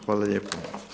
Hvala lijepo.